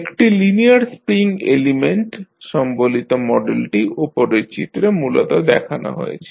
একটি linear spring element সম্বলিত মডেলটি ওপরের চিত্রে মূলত দেখানো হয়েছে